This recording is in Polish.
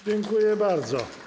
Dziękuję bardzo.